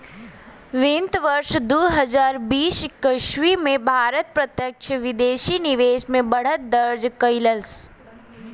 वित्त वर्ष दू हजार बीस एक्कीस में भारत प्रत्यक्ष विदेशी निवेश में बढ़त दर्ज कइलस